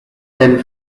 tent